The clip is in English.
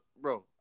bro